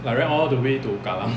I ran all the way to kallang